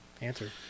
answer